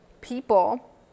people